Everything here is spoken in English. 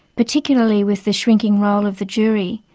particularly with the shrinking role of the jury.